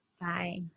Bye